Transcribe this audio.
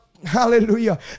hallelujah